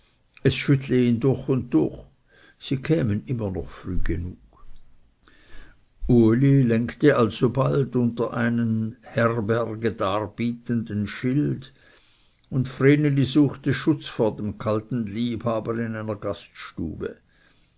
es schüttle ihns durch und durch sie kämen immer noch früh genug uli lenkte alsobald unter einen herberge darbietenden schild und vreneli suchte schutz vor dem kalten liebhaber in einer gaststube